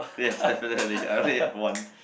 yes definitely I only have one